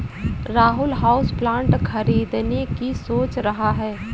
Rahul houseplant खरीदने की सोच रहा है